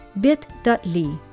bit.ly